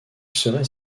serait